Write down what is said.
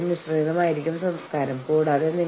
app കി ബാത് ഹം നഹി മാൻ സക്തേ